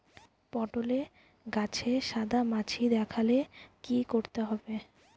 পটলে গাছে সাদা মাছি দেখালে কি করতে হবে?